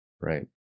right